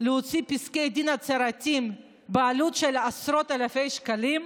להוציא פסקי דין הצהרתיים בעלות של עשרות אלפי שקלים?